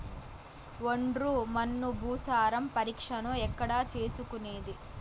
ఒండ్రు మన్ను భూసారం పరీక్షను ఎక్కడ చేసుకునేది?